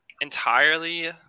entirely